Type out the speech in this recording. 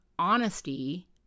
honesty